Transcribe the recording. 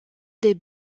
des